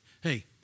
hey